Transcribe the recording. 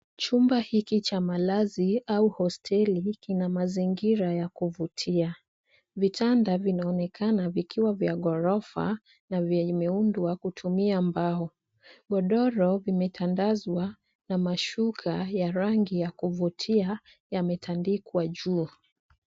Chumba hiki cha malazi au hosteli kina mazingira ya kuvutia. Vitanda vinaonekana vikiwa vya ghorofa na vimeundwa kutumia mbao. Godoro limetandazwa na mashuka ya rangi ya kuvutia yametandikwa juu.